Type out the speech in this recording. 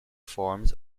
forms